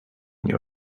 nie